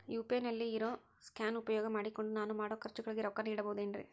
UPI ನಲ್ಲಿ ಇರೋ scan ಉಪಯೋಗ ಮಾಡಿಕೊಂಡು ನಾನು ಮಾಡೋ ಖರ್ಚುಗಳಿಗೆ ರೊಕ್ಕ ನೇಡಬಹುದೇನ್ರಿ?